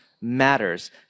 matters